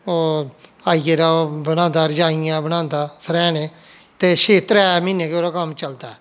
ओह् आई गेदा ओह् बनांदा रजाइयां बनांदा सरैह्ने ते छे त्रै म्हीने गै ओह्दा कम्म चलदा ऐ